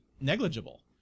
negligible